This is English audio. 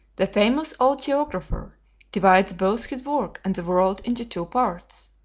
the famous old geographer divides both his work and the world into two parts.